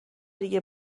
دیگه